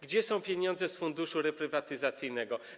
Gdzie są pieniądze z Funduszu Reprywatyzacji?